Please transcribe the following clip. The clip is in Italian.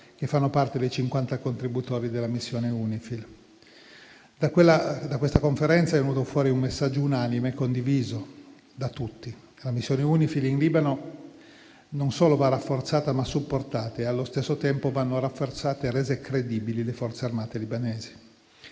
che fanno parte dei 50 contributori della missione UNIFIL. Da tale Conferenza è venuto fuori un messaggio unanime e condiviso da tutti: la missione UNIFIL in Libano non solo va rafforzata, ma supportata e, allo stesso tempo, vanno rafforzate e rese credibili le forze armate libanesi,